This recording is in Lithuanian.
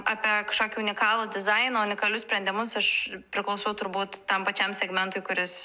apie kažkokį unikalų dizainą unikalius sprendimus aš priklausau turbūt tam pačiam segmentui kuris